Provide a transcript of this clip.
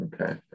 Okay